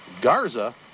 Garza